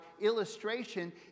Illustration